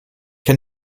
kann